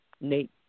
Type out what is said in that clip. Nate